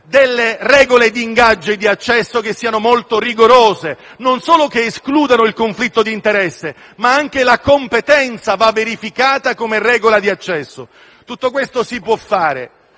delle regole di ingaggio e di accesso che siano molto rigorose, che non solo escludano il conflitto di interesse, ma che verifichino anche la competenza come regola di accesso. Tutto questo si può fare,